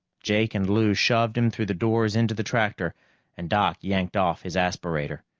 jake and lou shoved him through the doors into the tractor and doc yanked off his aspirator.